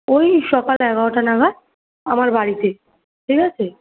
ওই সকাল এগারোটা নাগাদ আমার বাড়িতে ঠিক আছে